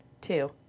two